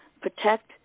protect